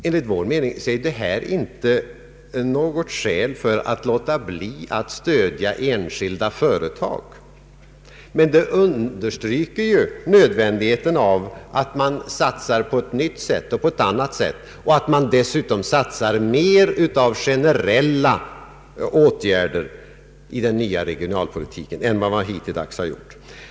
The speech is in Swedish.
Enligt vår mening är dessa resultat inte något skäl för att låta bli att stödja enskilda företag, men det understryker nödvändigheten av att satsa på ett nytt sätt och att satsa mera på generella åtgärder i den nya regionalpolitiken än vad regeringen avsett.